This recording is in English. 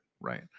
right